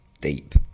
Deep